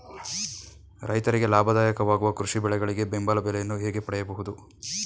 ರೈತರಿಗೆ ಲಾಭದಾಯಕ ವಾಗುವ ಕೃಷಿ ಬೆಳೆಗಳಿಗೆ ಬೆಂಬಲ ಬೆಲೆಯನ್ನು ಹೇಗೆ ಪಡೆಯಬಹುದು?